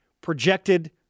projected